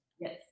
Yes